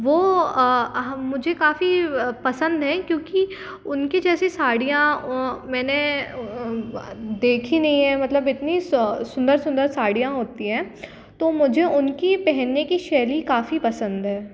वो मुझे काफ़ी पसंद है क्योंकि उनकी जैसी साड़ियाँ मैंने देखी नहीं है मतलब इतनी सुंदर सुंदर साड़ियाँ होती हैं तो मुझे उनकी पहनने की शैली काफ़ी पसंद है